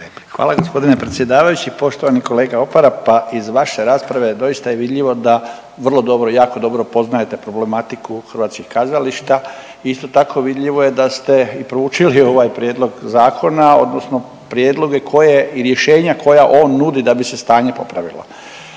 Hvala gospodine predsjedavajući, poštovani kolega Opara pa iz vaše rasprave doista je vidljivo da vrlo dobro, jako dobro poznajte problematiku hrvatskih kazališta. Isto tako vidljivo je da ste i proučili ovaj prijedlog zakona, odnosno prijedloge koje i rješenja koja on nudi da bi se stanje popravilo.